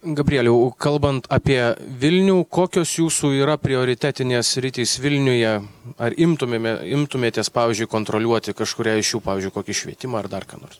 gabrieliau kalbant apie vilnių kokios jūsų yra prioritetinės sritys vilniuje ar imtumėme imtumėtės pavyzdžiui kontroliuoti kažkurią iš jų pavyzdžiui kokį švietimą ar dar ką nors